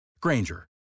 Granger